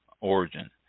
origin